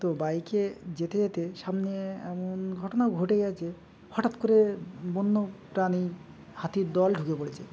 তো বাইকে যেতে যেতে সামনে এমন ঘটনাও ঘটে গিয়েছে হঠাৎ করে বন্য প্রাণী হাতির দল ঢুকে পড়েছে